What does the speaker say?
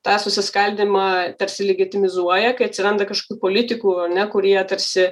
tą susiskaldymą tarsi legitimizuoja kai atsiranda kažkokių politikų ar ne kurie tarsi